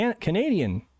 Canadian